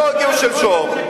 הם לא הגיעו שלשום.